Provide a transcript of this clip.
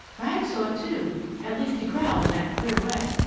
rags saw it too at least he growled in that queer way.